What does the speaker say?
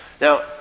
Now